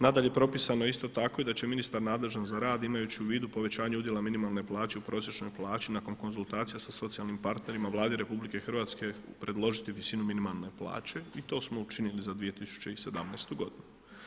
Nadalje, propisano je isto tako i da će ministar nadležan za rad imajući u vidu povećanje udjela minimalne plaće u prosječnoj plaći nakon konzultacija sa socijalnim partnerima Vladi RH predložiti visinu minimalne plaće i to smo učinili za 2017. godinu.